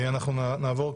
תודה רבה.